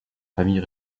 familles